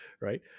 right